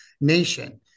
nation